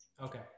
Okay